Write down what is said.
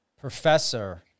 professor